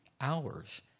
hours